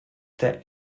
der